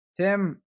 Tim